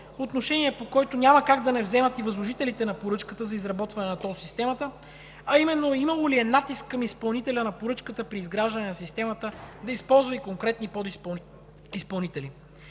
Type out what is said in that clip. отношение по който няма как да не вземат и възложителите на поръчката за изработване на тол системата, а именно: имало ли е натиск към изпълнителя на поръчката при изграждане на системата да използва и конкретни подизпълнители?